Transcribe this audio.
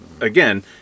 again